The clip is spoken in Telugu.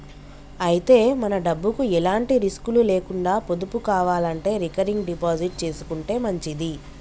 అయితే మన డబ్బుకు ఎలాంటి రిస్కులు లేకుండా పొదుపు కావాలంటే రికరింగ్ డిపాజిట్ చేసుకుంటే మంచిది